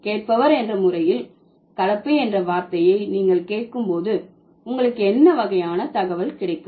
கேட்பவர் என்ற முறையில் கலப்பு என்ற வார்த்தையை நீங்கள் கேட்கும் போது உங்களுக்கு என்ன வகையான தகவல் கிடைக்கும்